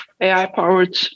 AI-powered